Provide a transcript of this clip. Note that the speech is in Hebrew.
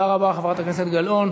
תודה רבה, חברת הכנסת גלאון.